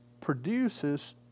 produces